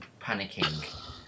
panicking